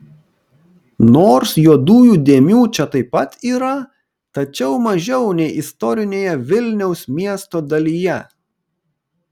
nors juodųjų dėmių čia taip pat yra tačiau mažiau nei istorinėje vilniaus miesto dalyje